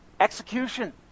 Execution